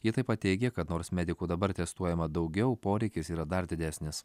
ji taip pat teigė kad nors medikų dabar testuojama daugiau poreikis yra dar didesnis